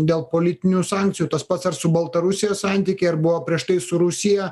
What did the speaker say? dėl politinių sankcijų tas pats ar su baltarusija santykiai ar buvo prieš tai su rusija